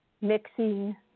Mixing